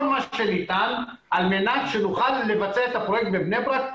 מה שניתן על מנת שנוכל לבצע את הפרויקט בבני ברק,